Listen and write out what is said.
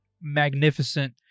magnificent